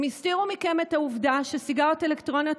הם הסתירו מכם את העובדה שסיגריות אלקטרוניות